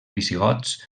visigots